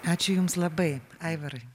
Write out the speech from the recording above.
ačiū jums labai aivarai